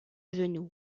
genou